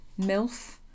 MILF